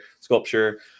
sculpture